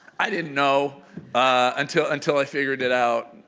i didn't know until until i figured it out,